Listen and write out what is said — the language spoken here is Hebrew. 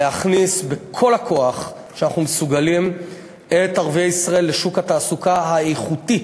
להכניס בכל הכוח שאנחנו מסוגלים את ערביי ישראל לשוק התעסוקה האיכותי,